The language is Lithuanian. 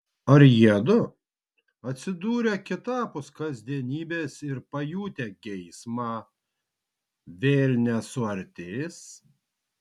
ar jiedu atsidūrę kitapus kasdienybės ir pajutę geismą vėl nesuartės